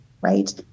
right